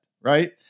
Right